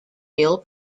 real